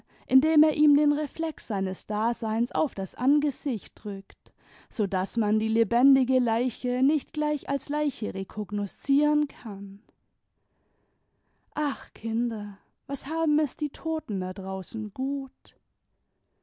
indem er ihm den reflex seines daseins auf das angesicht drückt so daß man die lebendige leiche nicht gleich als leiche rekognoszieren kann ach kinder was haben es die toten da draußen gut